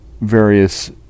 various